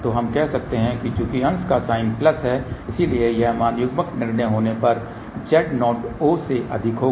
तो हम कह सकते हैं कि चूंकि अंश का साइन प्लस है इसलिए यह मान युग्मन नगण्य होने पर Z0o से अधिक होगा